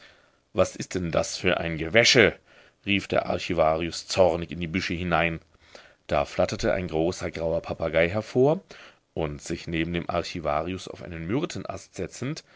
was ist denn das für ein gewäsche rief der archivarius zornig in die büsche hinein da flatterte ein großer grauer papagei hervor und sich neben dem archivarius auf einen myrtenast setzend